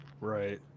right